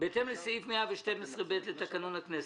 "בהתאם לסעיף 112(ב) לתקנון הכנסת,